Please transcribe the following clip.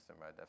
right